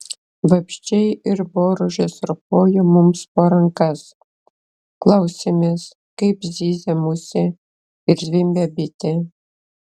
vabzdžiai ir boružės ropojo mums po rankas klausėmės kaip zyzia musė ir zvimbia bitė